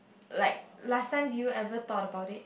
like last time did you ever thought about it